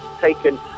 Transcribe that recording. taken